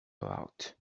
out